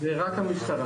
זה רק המשטרה.